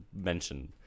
mention